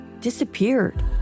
disappeared